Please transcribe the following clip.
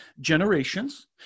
generations